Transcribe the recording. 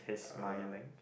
is smiling